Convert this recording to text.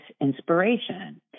inspiration